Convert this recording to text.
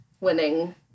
winning